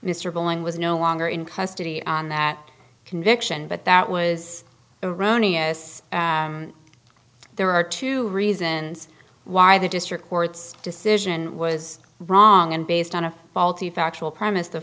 bowling was no longer in custody on that conviction but that was erroneous there are two reasons why the district court's decision was wrong and based on a faulty factual premise the